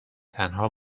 تنها